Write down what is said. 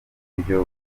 buryo